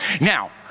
Now